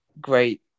great